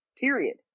period